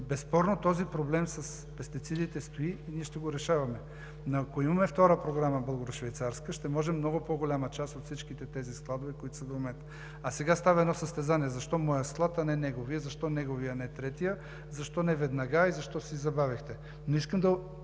Безспорно този проблем с пестицидите стои и ние ще го решаваме. Но, ако имаме втора програма – българо-швейцарска, ще можем много по-голяма част от всичките тези складове, които са до момента. А сега става едно състезание – защо моят склад, а не неговият, защо неговият, а не третият, защо не веднага и защо се забавихте? Но искам